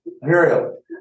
Muriel